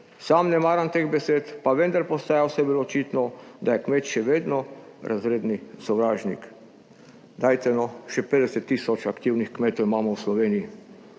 Sam ne maram teh besed, pa vendar postaja vse bolj očitno, da je kmet še vedno razredni sovražnik. Dajte no, še 50 tisoč aktivnih kmetov imamo v Sloveniji.